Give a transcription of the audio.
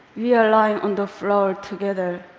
we are lying on the floor together,